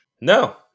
No